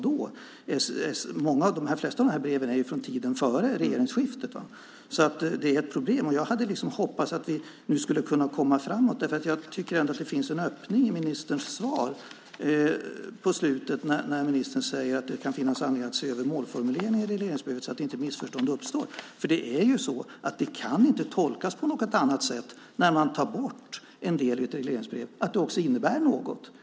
De flesta av de här breven är från tiden före regeringsskiftet. Det är ett problem, och jag hade hoppats att vi skulle kunna komma framåt. Jag tyckte ändå att det fanns en öppning i ministerns svar på slutet, där ministern säger att det kan finnas anledning att se över målformuleringen i regleringsbrevet så att missförstånd inte uppstår. När man tar bort en del i regleringsbrevet kan det inte tolkas på något annat sätt än att det också innebär något.